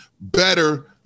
better